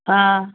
ਹਾਂ